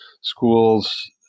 schools